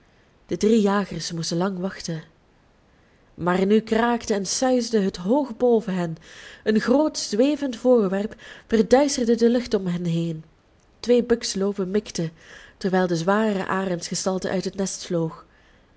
de drie jagers moesten lang wachten maar nu kraakte en suisde het hoog boven hen een groot zwevend voorwerp verduisterde de lucht om hen heen twee buksloopen mikten terwijl de zware arendsgestalte uit het nest vloog